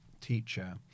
teacher